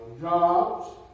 jobs